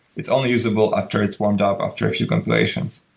it's only usable after it's warmed up, after a few compilations.